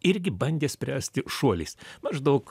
irgi bandė spręsti šuoliais maždaug